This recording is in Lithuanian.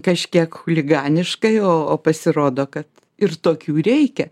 kažkiek chuliganiškai o o pasirodo kad ir tokių reikia